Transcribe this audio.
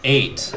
Eight